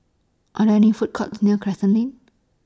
Are There any Food Courts near Crescent Lane